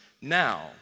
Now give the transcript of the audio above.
now